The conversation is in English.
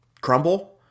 crumble